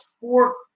four